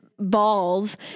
balls